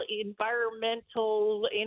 environmental